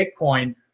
Bitcoin